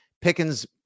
Pickens